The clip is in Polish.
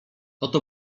oto